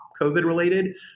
COVID-related